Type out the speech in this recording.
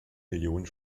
millionen